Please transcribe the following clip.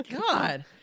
God